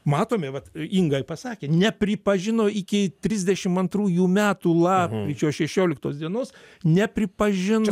matomi vat inga i pasakė nepripažino iki trisdešim antrųjų metų lapkričio šešioliktos dienos nepripažino